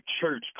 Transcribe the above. church